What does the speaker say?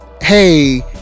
hey